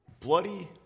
bloody